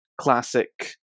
classic